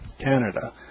Canada